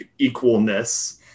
equalness